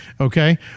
okay